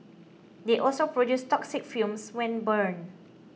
they also produce toxic fumes when burned